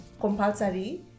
compulsory